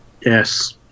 Yes